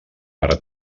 per